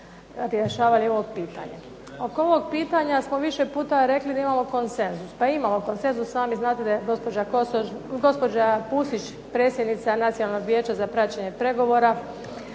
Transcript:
zajedno rješavali ovo pitanje. Oko ovog pitanja smo više puta rekli da imamo konsenzus. Pa i imamo konsenzus. Sami znate da je gospođa Pusić predsjednica Nacionalnog vijeća za praćenje pregovora